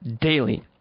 daily